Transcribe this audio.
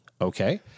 okay